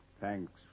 Thanks